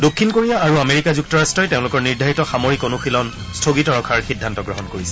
দক্ষিণ কোৰিয়া আৰু আমেৰিকা যুক্তৰাট্টই তেওঁলোকৰ নিৰ্ধাৰিত সামৰিক অনুশীলন স্থগিত ৰখাৰ সিদ্ধান্ত গ্ৰহণ কৰিছে